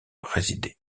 résidé